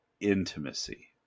intimacy